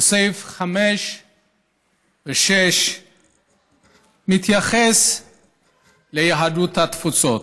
בסעיף 5 ו-6 מתייחס ליהדות התפוצות.